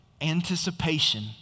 Anticipation